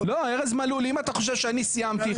לא, ארז מלול, אם אתה חושב שאני סיימתי.